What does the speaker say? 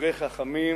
"דברי חכמים